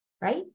right